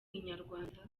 inyarwanda